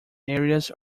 areas